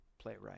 playwright